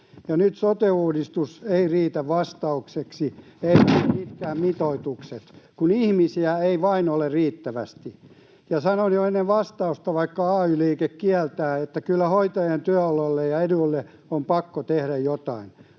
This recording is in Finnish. nyt sote-uudistus ei riitä vastaukseksi eivätkä mitkään mitoitukset, kun ihmisiä ei vain ole riittävästi. Ja sanon jo ennen vastausta, vaikka ay-liike kieltää, että kyllä hoitajien työoloille ja eduille on pakko tehdä jotain.